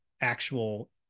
actual